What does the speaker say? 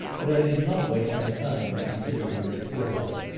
but i did not waste my time in considering miss bordereau,